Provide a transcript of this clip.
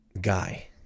Guy